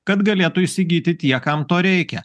kad galėtų įsigyti tie kam to reikia